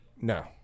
No